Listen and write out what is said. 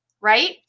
right